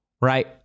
right